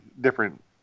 different